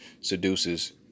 seduces